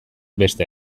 beste